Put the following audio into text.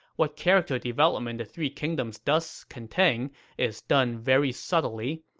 what character development the three kingdoms does contain is done very subtly,